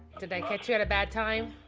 did i catch you at a bad time?